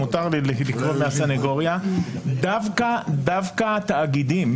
דווקא תאגידים,